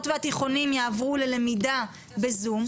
הביניים והתיכונים יעברו ללמידה בזום,